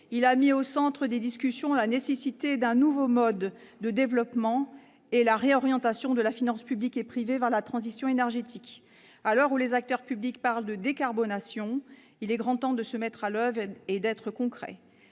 Il a mis au centre des discussions la nécessité d'un nouveau mode de développement et la réorientation de la finance publique et privée vers la transition énergétique. À l'heure où les acteurs publics parlent de « décarbonation », il est grand temps de se mettre à l'oeuvre.et d'être concret.